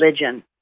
religion